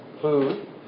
food